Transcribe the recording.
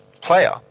Player